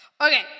okay